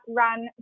run